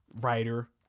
writer